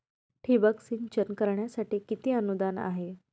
ठिबक सिंचन करण्यासाठी किती अनुदान आहे?